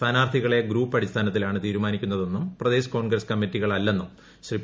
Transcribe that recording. സ്ഥാനാർത്ഥികളെ ഗ്രൂപ്പടിസ്ഥാനത്തിലാണ് തീരുമാനിക്കുന്നതെന്നും പ്രദേശ് കോൺഗ്രസ് കമ്മിറ്റികളല്ലെന്നും ശ്രീ പി